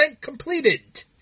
completed